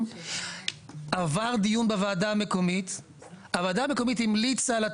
מדובר במי שיש בידו